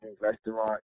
restaurant